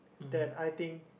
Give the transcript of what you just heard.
that I think